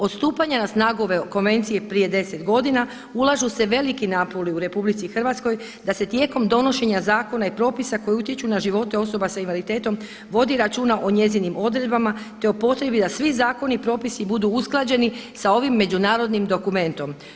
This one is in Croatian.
Od stupanja na snagu ove Konvencije prije 10 godina ulažu se veliki napori u RH da se tijekom donošenja zakona i propisa koje utječu na živote osoba sa invaliditetom, vodi računa o njezinim odredbama te o potrebi da svi zakoni i propisi budu usklađeni sa ovim međunarodnim dokumentom.